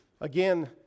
Again